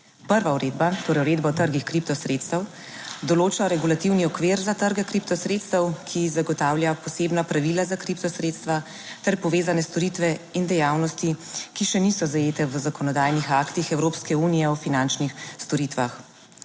Prva uredba, torej Uredba o trgih kripto sredstev določa regulativni okvir za trge kripto sredstev, ki zagotavlja posebna pravila za kripto sredstva ter povezane storitve in dejavnosti, ki še niso zajete v zakonodajnih aktih Evropske unije o finančnih storitvah.